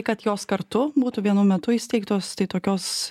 kad jos kartu būtų vienu metu įsteigtos tai tokios